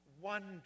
Wonder